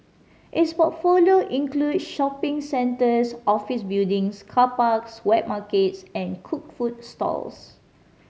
its portfolio include shopping centres office buildings car parks wet markets and cooked food stalls